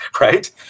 right